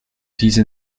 diese